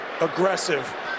aggressive